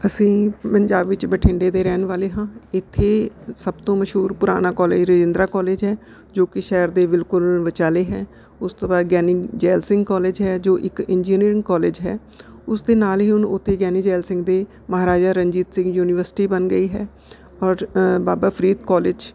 ਅਸੀਂ ਪੰਜਾਬ ਵਿੱਚ ਬਠਿੰਡੇ ਦੇ ਰਹਿਣ ਵਾਲੇ ਹਾਂ ਇੱਥੇ ਸਭ ਤੋਂ ਮਸ਼ਹੂਰ ਪੁਰਾਣਾ ਕੌਲਜ ਰਜਿੰਦਰਾ ਕੌਲਜ ਹੈ ਜੋ ਕਿ ਸ਼ਹਿਰ ਦੇ ਬਿਲਕੁਲ ਵਿਚਾਲੇ ਹੈ ਉਸ ਤੋਂ ਬਾਅਦ ਗਿਆਨੀ ਜੈਲ ਸਿੰਘ ਕੌਲਜ ਹੈ ਜੋ ਇੱਕ ਇੰਜੀਨੀਅਰਿੰਗ ਕੌਲਜ ਹੈ ਉਸ ਦੇ ਨਾਲ ਹੀ ਹੁਣ ਉੱਥੇ ਗਿਆਨੀ ਜੈਲ ਸਿੰਘ ਦੇ ਮਹਾਰਾਜਾ ਰਣਜੀਤ ਸਿੰਘ ਯੂਨੀਵਰਸਿਟੀ ਬਣ ਗਈ ਹੈ ਔਰ ਬਾਬਾ ਫਰੀਦ ਕੌਲਜ